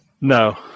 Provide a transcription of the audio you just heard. No